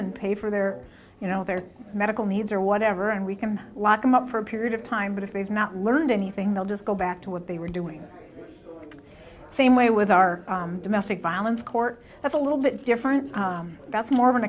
and pay for their you know their medical needs or whatever and we can lock them up for a period of time but if they've not learned anything they'll just go back to what they were doing the same way with our domestic violence court that's a little bit different that's more of an